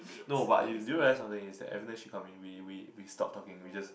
no but did you realise something is that every time she come in we we we stop talking we just